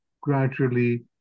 gradually